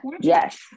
Yes